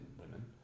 women